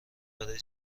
برای